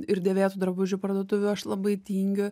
ir dėvėtų drabužių parduotuvių aš labai tingiu